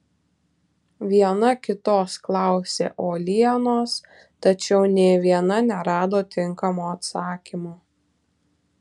viena kitos klausė uolienos tačiau nė viena nerado tinkamo atsakymo